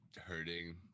hurting